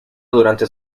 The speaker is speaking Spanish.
durante